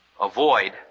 avoid